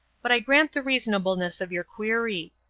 but i grant the reasonableness of your query.